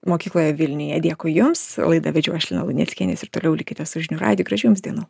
mokykloje vilniuje dėkui jums laidą vedžiau aš lina luneckienė ir toliau likite su žinių radiju gražių jums dienų